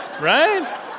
Right